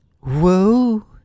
Whoa